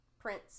Prince